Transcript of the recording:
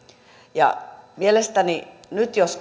mielestäni hallituksen nyt jos